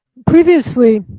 previously,